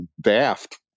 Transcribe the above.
daft